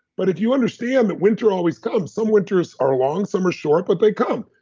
but if you understand that winter always comes, some winters are long, some are short, but they come.